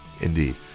Indeed